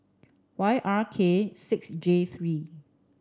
Y R K six J three